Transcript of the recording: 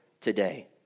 today